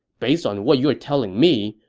based on what you are telling me,